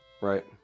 Right